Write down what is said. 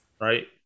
Right